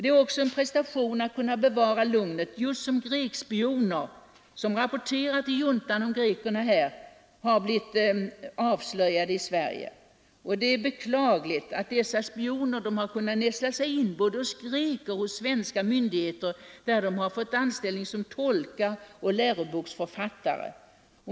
Det är också en prestation att kunna bevara lugnet mot bakgrunden av att grekiska spioner, som rapporterar till juntan och om exilgrekerna, har blivit avslöjade i Sverige. Det är beklagligt att dessa spioner kunnat nästla sig in både hos greker och hos myndigheter, där de fått anställning som tolkar och läroboksförfattare.